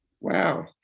Wow